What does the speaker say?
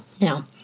Now